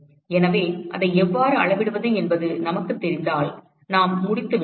எனவே அதை எவ்வாறு அளவிடுவது என்பது நமக்குத் தெரிந்தால் நாம் முடித்துவிட்டோம்